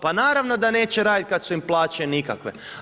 Pa naravno da neće raditi kada su im plaće nikakve.